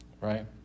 right